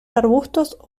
arbustos